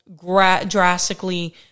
drastically